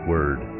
Word